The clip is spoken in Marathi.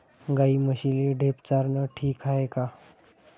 गाई म्हशीले ढेप चारनं ठीक हाये का?